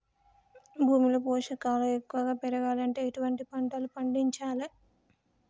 భూమిలో పోషకాలు ఎక్కువగా పెరగాలంటే ఎటువంటి పంటలు పండించాలే?